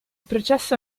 processo